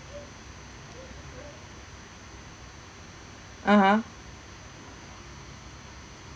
(uh huh)